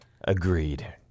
agreed